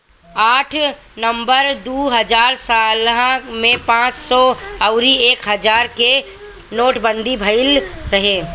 आठ नवंबर दू हजार सोलह में पांच सौ अउरी एक हजार के नोटबंदी भईल रहे